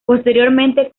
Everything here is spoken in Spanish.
posteriormente